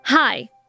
Hi